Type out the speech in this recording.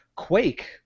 Quake